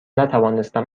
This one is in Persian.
نتوانستم